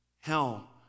hell